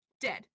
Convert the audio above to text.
dead